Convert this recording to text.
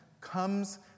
comes